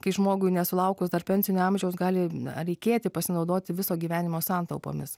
kai žmogui nesulaukus pensinio amžiaus gali reikėti pasinaudoti viso gyvenimo santaupomis